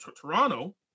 Toronto